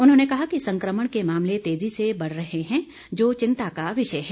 उन्होंने कहा कि संकमण के मामले तेजी से बढ़ रहे हैं जो चिंता का विषय है